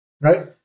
right